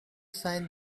sign